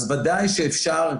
אז ודאי שאפשר.